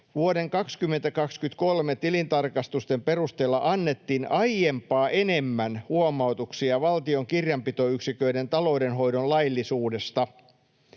”Vuoden 2023 tilintarkastusten perusteella annettiin aiempaa enemmän huomautuksia valtion kirjanpitoyksiköiden taloudenhoidon laillisuudesta.